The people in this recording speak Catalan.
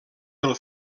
del